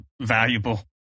valuable